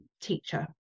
teacher